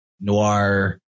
noir